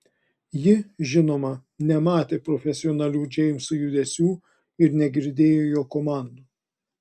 ji žinoma nematė profesionalių džeimso judesių ir negirdėjo jo komandų